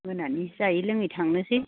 मोनानि जायै लोङै थांनोसै